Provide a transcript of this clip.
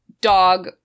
dog